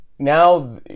Now